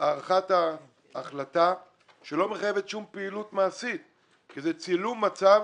הארכת ההחלטה שלא מחייבת שום פעילות מעשית כי זה צילום מצב